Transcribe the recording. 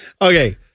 Okay